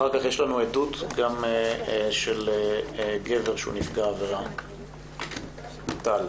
אחר כך יש לנו עדות של גבר שהוא נפגע עבירה, טל.